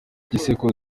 gisekuru